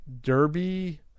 Derby